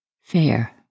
Fair